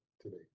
today